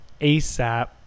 ASAP